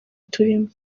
turimo